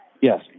Yes